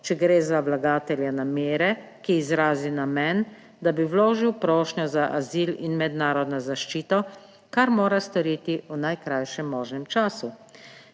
če gre za vlagatelja namere, ki izrazi namen, da bi vložil prošnjo za azil in mednarodno zaščito, kar mora storiti v najkrajšem možnem času.